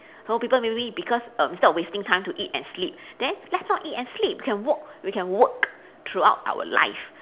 so people maybe because erm wasting time to eat and sleep then let's not eat and sleep we can work we can work throughout our life